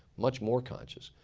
much more conscious,